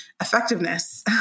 effectiveness